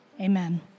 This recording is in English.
Amen